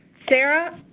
sarah,